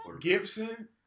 Gibson